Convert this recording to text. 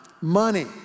money